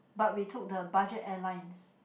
but we took the budget airlines